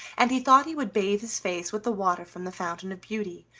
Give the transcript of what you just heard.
and he thought he would bathe his face with the water from the fountain of beauty,